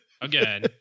Again